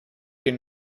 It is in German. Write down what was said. den